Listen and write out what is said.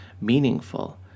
meaningful